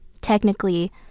technically